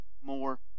more